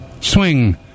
Swing